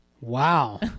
Wow